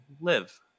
live